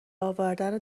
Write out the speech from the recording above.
آوردن